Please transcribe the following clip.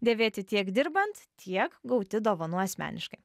dėvėti tiek dirbant tiek gauti dovanų asmeniškai